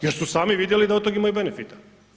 Jer su sami vidjeli da od toga imaju benefita.